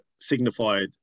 signified